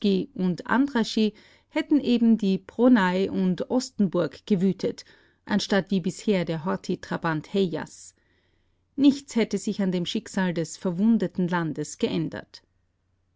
und andrassy hätten eben die pronay und osztenburg gewütet anstatt wie bisher der horthy-trabant hejjas nichts hätte sich an dem schicksal des verwundeten landes geändert